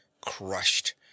crushed